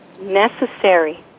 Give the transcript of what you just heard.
Necessary